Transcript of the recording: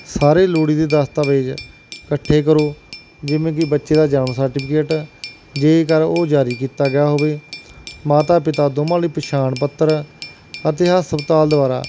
ਸਾਰੇ ਲੋੜੀਂਦੇ ਦਸਤਾਵੇਜ਼ ਇਕੱਠੇ ਕਰੋ ਜਿਵੇਂ ਕਿ ਬੱਚੇ ਦਾ ਜਨਮ ਸਰਟੀਫਿਕੇਟ ਜੇਕਰ ਉਹ ਜਾਰੀ ਕੀਤਾ ਗਿਆ ਹੋਵੇ ਮਾਤਾ ਪਿਤਾ ਦੋਵਾਂ ਲਈ ਪਹਿਛਾਣ ਪੱਤਰ ਅਤੇ ਹਸਪਤਾਲ ਦੁਆਰਾ